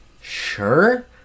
sure